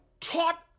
taught